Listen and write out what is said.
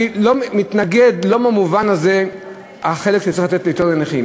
אני מתנגד לא במובן הזה של החלק שצריך לתת יותר לנכים,